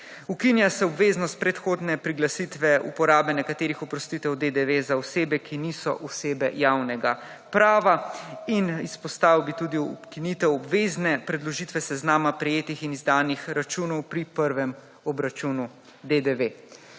Ukinja se obveznost predhodne priglasitve uporabe nekaterih oprostitev DDV za osebe, ki niso osebe javnega prava in izpostavil bi tudi ukinitev obvezne predložitve seznama prejetih in izdanih računov pri prvem obračunu DDV.